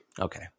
Okay